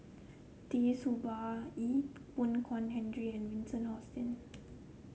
Tee Tua Ba Ee Boon Kong Henry and Vincent Hoisington